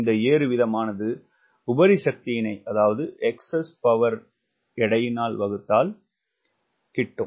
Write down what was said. இந்த ஏறு வீதமானது உபரி சக்தியினை எடையினால் வகுத்தால் கிட்டும்